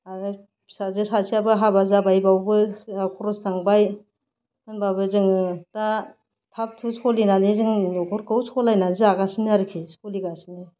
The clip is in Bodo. आरो फिसाजो सासेयाबो हाबा जाबाय बेयावबो जोंहा खरस थांबाय होनबाबो जोङो दा थाग थुग सोलिनानै जोङो न'खरखौ सालायनानै जागासिनो आरोखि सोलिगासिनो